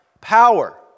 power